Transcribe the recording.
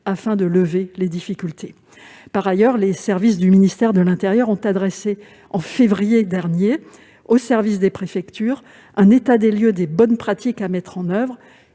afin de lever les difficultés. Par ailleurs, les services du ministère de l'intérieur ont adressé en février 2021 aux services des préfectures un état des lieux des bonnes pratiques à mettre en oeuvre,